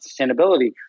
sustainability